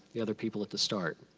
the other people at the start.